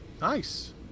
Nice